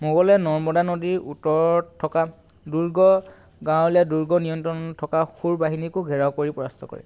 মোগলে নৰ্মদা নদীৰ উত্তৰত থকা দুৰ্গ গাঁৱলীয়া দুৰ্গ নিয়ন্ত্ৰণত থকা সুৰ বাহিনীকো ঘেৰাও কৰি পৰাস্ত কৰে